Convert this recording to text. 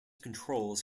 controls